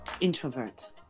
introvert